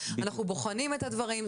אנחנו בוחנים את הדברים,